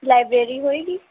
library ਹੋਏਗੀ